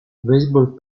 baseball